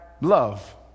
love